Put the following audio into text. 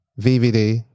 VVD